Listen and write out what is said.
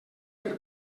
per